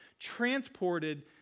transported